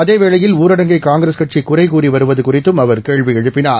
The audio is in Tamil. அதேவேளை ஊரடங்கை காங்கிரஸ் கட்சி குறை கூறி வருவது குறித்தும் அவர் கேள்வி எழுப்பினார்